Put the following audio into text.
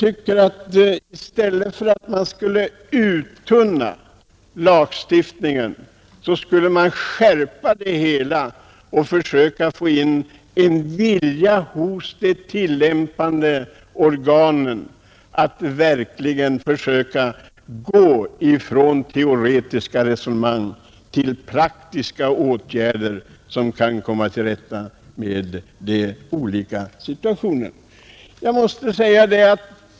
I stället för att uttunna lagstiftningen tycker jag att man skulle skärpa den och försöka skapa en vilja hos de tillämpande organen att verkligen försöka gå från teoretiska resonemang till praktiska åtgärder för att komma till rätta med de olika situationerna.